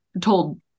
told